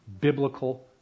Biblical